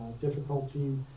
difficulty